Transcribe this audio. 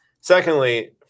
Secondly